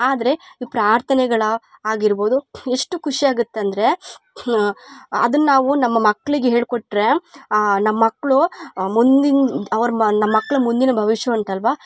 ಆದರೆ ಪ್ರಾರ್ಥನೆಗಳ ಆಗಿರ್ಬೋದು ಎಷ್ಟು ಖುಷಿಯಾಗತಂದ್ರೆ ಅದನ್ನು ನಾವು ನಮ್ಮ ಮಕ್ಕಳಿಗೆ ಹೇಳಿಕೊಟ್ರೆ ನಮ್ಮ ಮಕ್ಕಳು ಮುಂದಿನ ಅವ್ರ ಬ ನಮ್ಮ ಮಕ್ಕಳು ಮುಂದಿನ ಭವಿಷ್ಯ ಉಂಟಲ್ವಾ